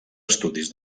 estudis